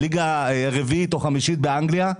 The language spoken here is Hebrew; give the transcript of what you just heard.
ליגה רביעית או חמישית באנגליה,